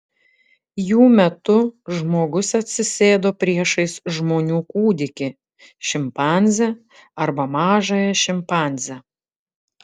jų metu žmogus atsisėdo priešais žmonių kūdikį šimpanzę arba mažąją šimpanzę